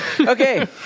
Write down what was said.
Okay